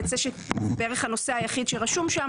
ויצא שזה בערך הנושא היחיד שרשום שם.